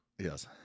Yes